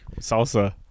Salsa